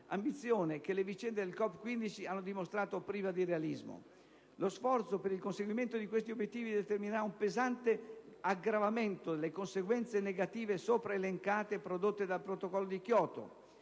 ambizione che le vicende del COP 15 hanno dimostrato priva di realismo. Lo sforzo per il conseguimento di questi obiettivi determinerà un pesante aggravamento delle conseguenze negative sopra elencate prodotte dal Protocollo di Kyoto.